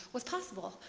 was possible.